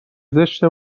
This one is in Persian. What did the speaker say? زشته